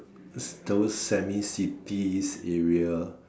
these those semi cities area